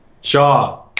Shaw